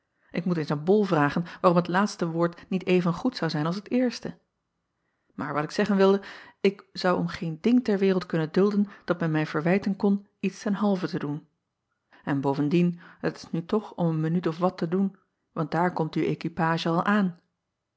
ik moet eens aan ol vragen waarom het laatste woord niet evengoed zou zijn als het eerste aar wat ik zeggen wilde ik zou om geen ding ter wereld kunnen dulden dat men mij verwijten kon iets ten halve te doen n bovendien het is nu toch om een minuut of wat te doen want daar komt uw équipage al aan